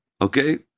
Okay